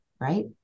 right